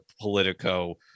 Politico